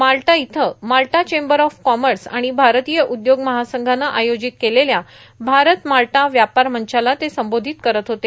माल्टा इथं Malta chamber of commerce आणि भारतीय उद्योग महासंघानं आयोजित केलेल्या भारत माल्या व्यापार मंचाला ते संबोधित करत होते